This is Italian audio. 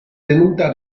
tenuta